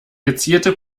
gezielte